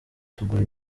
tugura